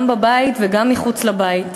גם בבית וגם מחוץ לבית.